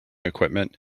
equipment